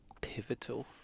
pivotal